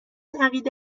عقیده